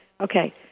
Okay